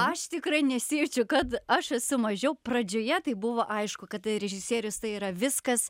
aš tikrai nesijaučiu kad aš esu mažiau pradžioje tai buvo aišku kad tai režisierius tai yra viskas